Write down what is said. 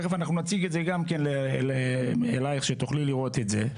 תיכף גם נציג לך את זה, שתוכלי לראות את זה.